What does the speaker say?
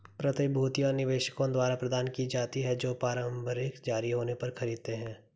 प्रतिभूतियां निवेशकों द्वारा प्रदान की जाती हैं जो प्रारंभिक जारी होने पर खरीदते हैं